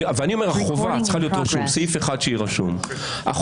אני אומר שבסעיף אחד יהיה רשום שהחובה